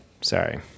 Sorry